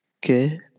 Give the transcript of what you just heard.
good